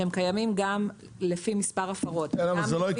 שהם קיימים גם לפי מספר הפרות וגם לפי